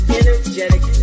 energetic